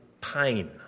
pain